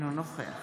אינו נוכח